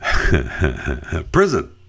prison